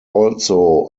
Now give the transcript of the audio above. also